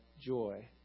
joy